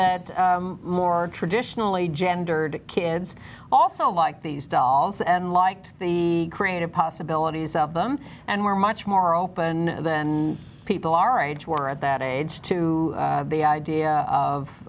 that more traditionally gendered kids also like these dolls and liked the creative possibilities of them and were much more open than people our age were at that age to the idea